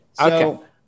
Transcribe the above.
Okay